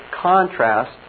contrast